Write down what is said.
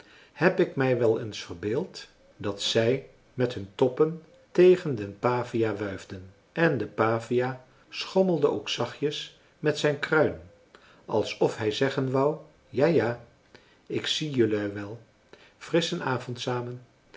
heb ik mij wel eens verbeeld dat zij met hun toppen tegen den pavia wuifden en de pavia schommelde ook zachtjes met zijn kruin alsof hij zeggen wou ja ja ik zie jelui wel frisschen avond samen